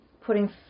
putting